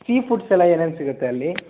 sea ಫುಡ್ಸೆಲ್ಲ ಏನೇನು ಸಿಗುತ್ತೆ ಅಲ್ಲಿ